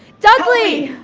dudley,